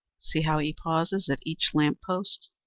see how he pauses at each lamp post.